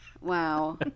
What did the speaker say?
Wow